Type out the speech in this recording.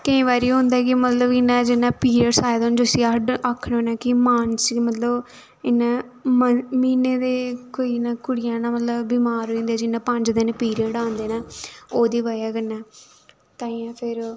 केईं बारी होंदा ऐ कि मतलब इ'यां ऐ जि'यां पीरियड्स आए दे होन ते जिसी अस आखने होन्ने कि मानसक मतलब इ'यां म्हीनें दे कोई न कुड़ियां न मतलब बमार होई जंदियां जि'यां पंज दिन पीरियड आंदे न ओह्दी बजह् कन्नै तांइयै